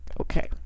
Okay